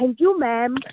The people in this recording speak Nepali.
thank you ma'am